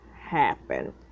happen